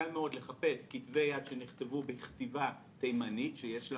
קל מאוד לחפש כתבי יד שנכתבו בכתיבה תימנית שיש לה